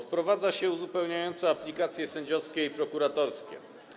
Wprowadza się uzupełniające aplikacje sędziowskie i prokuratorskie.